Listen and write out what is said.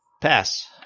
Pass